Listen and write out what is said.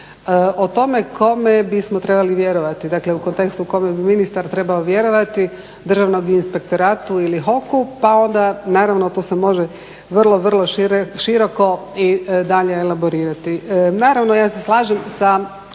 o tome kome bismo trebali vjerovati. Dakle, u kontekstu kome bi ministar trebao vjerovati, Državnom inspektoratu ili HOC-u, pa onda naravno tu se može vrlo, vrlo široko i dalje elaborirati.